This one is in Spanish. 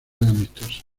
amistosas